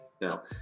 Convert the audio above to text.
Now